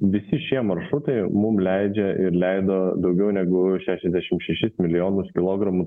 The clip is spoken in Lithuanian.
visi šie maršrutai mum leidžia ir leido daugiau negu šešiasdešim šešis milijonus kilogramų